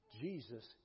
Jesus